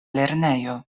lernejo